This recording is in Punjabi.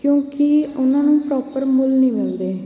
ਕਿਉਂਕਿ ਉਨ੍ਹਾਂ ਨੂੰ ਪਰੋਪਰ ਮੁੱਲ ਨਹੀਂ ਮਿਲਦੇ